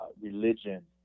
religion